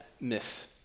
miss